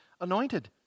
anointed